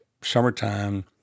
summertime